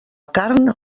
carn